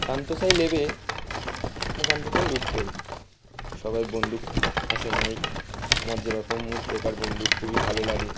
সান্তোসায় নেবে ওখান থেকে লুট করি সবাই বন্দুক আসে নেয় আমার যেরকম বন্দুক খুবই ভালো লাগে